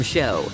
Show